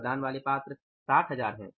लदान वाले पात्र 60000 हैं